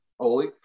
Holy